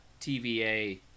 tva